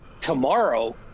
tomorrow